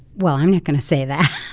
well, i'm not going to say that.